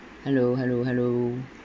hello hello hello